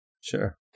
sure